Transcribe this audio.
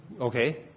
Okay